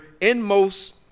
inmost